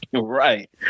Right